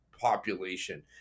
population